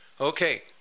Okay